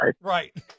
Right